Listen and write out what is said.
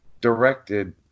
directed